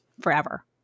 forever